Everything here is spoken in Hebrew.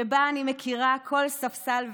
שבה אני מכירה כל ספסל ועץ,